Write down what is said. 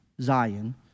Zion